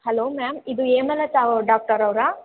hello ma'am ಇದು ಹೇಮಲತ ಅವ್ರ್ doctor ಅವರಾ